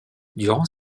durant